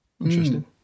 interesting